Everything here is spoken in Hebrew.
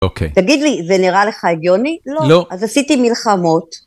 אוקיי, תגיד לי זה נראה לך הגיוני? לא אז עשיתי מלחמות